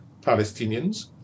Palestinians